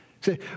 Say